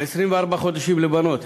ו-24 חודשים לבנות.